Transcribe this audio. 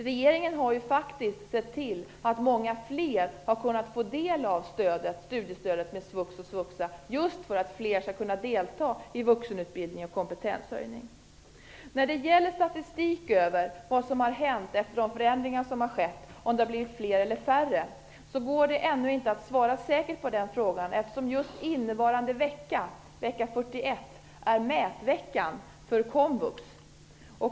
Regeringen har faktiskt sett till att många fler har kunnat få del av studiestödet med svux och svuxa just för att fler skall kunna delta i vuxenutbildning och kompetenshöjning. Frågan om statistik över vad som har hänt efter de förändringar som har gjorts, om det har blivit fler eller färre studerande, går ännu inte att svara säkert på, eftersom just innevarande vecka, vecka 41, är mätvecka för komvux.